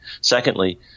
Secondly